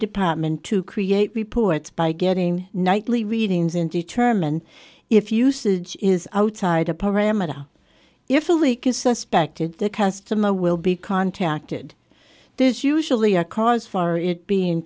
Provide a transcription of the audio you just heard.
department to create reports by getting nightly readings and determine if usage is outside a parameter if a leak is suspect if the customer will be contacted there's usually a cause for it being